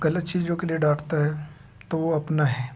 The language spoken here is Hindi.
गलत चीज़ों के लिए डांटता है तो वो अपना है